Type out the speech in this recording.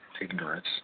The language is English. ignorance